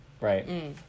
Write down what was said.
right